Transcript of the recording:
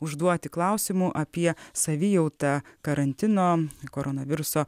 užduoti klausimų apie savijautą karantino koronaviruso